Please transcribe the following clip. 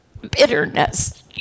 bitterness